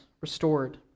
restored